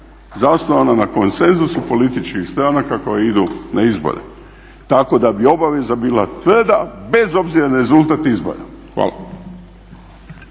zasnovana na konsenzusu političkih stranaka koje idu na izbore, tako da bi obaveza bila tvrda bez obzira na rezultat izbora. Hvala.